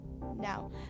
Now